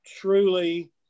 truly